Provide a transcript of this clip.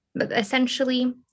essentially